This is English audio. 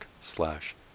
slash